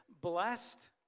blessed